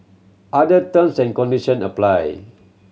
other terms and condition apply